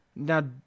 Now